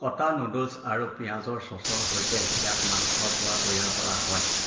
কটা নুডলছ আৰু পিঁয়াজৰ চচৰ সৈতে ইয়াক মাংসৰপৰা তৈয়াৰ কৰা হয়